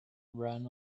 ran